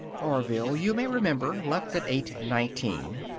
orville, you may remember, left at eight nineteen.